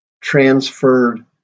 transferred